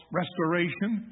restoration